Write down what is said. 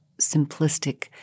simplistic